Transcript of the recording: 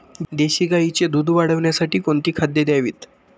देशी गाईचे दूध वाढवण्यासाठी कोणती खाद्ये द्यावीत?